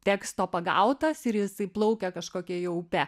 teksto pagautas ir jisai plaukia kažkokia jau upe